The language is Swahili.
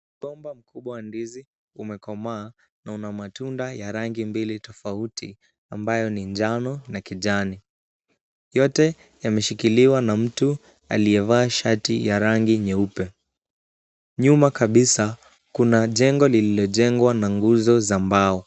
Mgomba mkubwa wa ndizi umekomaa na una matunda ya rangi mbili tofauti ambayo ni njano na kijani. Yote yameshikiliwa na mtu aliyevaa shati ya rangi nyeupe. Nyuma kabisa kuna jengo lililojengwa na nguzo za mbao.